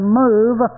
move